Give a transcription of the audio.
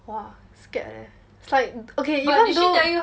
!wah! scared eh it's like you know those